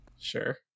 Sure